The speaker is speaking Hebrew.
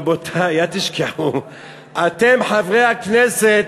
רבותי, אל תשכחו, אתם, חברי הכנסת,